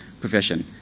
profession